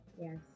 Yes